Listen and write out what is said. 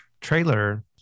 trailer